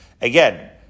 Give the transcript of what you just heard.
Again